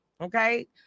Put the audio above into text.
Okay